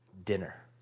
dinner